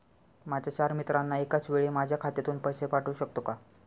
माझ्या चार मित्रांना एकाचवेळी माझ्या खात्यातून पैसे पाठवू शकतो का?